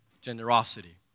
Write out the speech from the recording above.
generosity